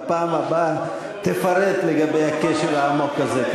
בפעם הבאה תפרט לגבי הקשר העמוק הזה.